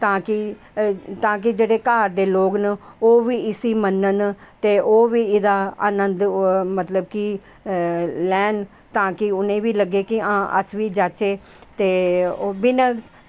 तां की तां की जेह्ड़े घर दे लोग न ओह्बी इसी मन्नन ते ओह्बी एह्दा आनंद मतलब कि लैन तां किह् उनेंगी बी लग्गे की अस बी जाह्चै ते ओह्बी में